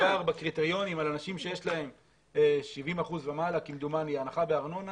אם מדובר בקריטריונים על אנשים שיש להם 70% ומעלה כמדומני הנחה בארנונה.